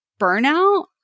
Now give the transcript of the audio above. burnout